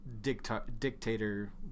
dictator